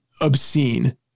obscene